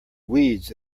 weeds